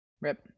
rip